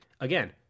again